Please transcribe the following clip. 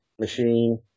machine